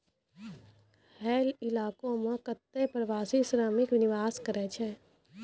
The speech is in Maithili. हय इलाको म कत्ते प्रवासी श्रमिक निवास करै छै